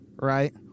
Right